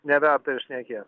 neverta ir šnekėt